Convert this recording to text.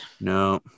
No